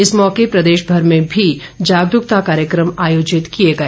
इस मौके प्रदेशभर में भी जागरूकता कार्यक्रम आयोजित किए गए